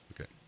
Okay